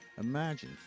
Imagine